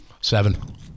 Seven